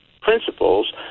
principles